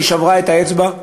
שהיא שברה את האצבע.